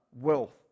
wealth